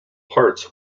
parts